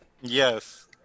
Yes